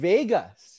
Vegas